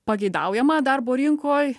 pageidaujama darbo rinkoj